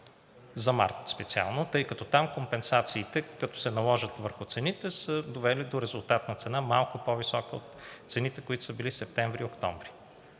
няколко лева, тъй като там компенсациите, когато се наложат върху цените, са довели до резултатни цени, малко по-високи от цените, които са били за септември и октомври.